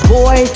boy